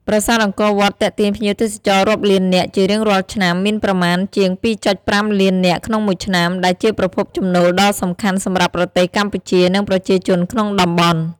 ប្រាសាទអង្គរវត្តទាក់ទាញភ្ញៀវទេសចររាប់លាននាក់ជារៀងរាល់ឆ្នាំ មានប្រមាណជាង ២.៥ លាននាក់ក្នុងមួយឆ្នាំ ដែលជាប្រភពចំណូលដ៏សំខាន់សម្រាប់ប្រទេសកម្ពុជា និងប្រជាជនក្នុងតំបន់។